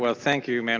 ah thank you mme. and